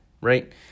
right